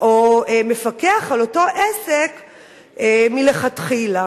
או מפקח על אותו עסק מלכתחילה.